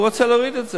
והוא רוצה להוריד את זה,